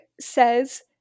says